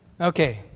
Okay